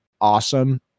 awesome